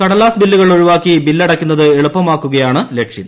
കടലാസ് ബില്ലുകൾ ഒഴിവാക്കി ബില്ലടയ്ക്കുന്നത് എളുപ്പമാക്കുകയാണ് ലക്ഷ്യം